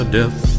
death